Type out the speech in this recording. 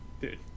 Dude